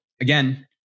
again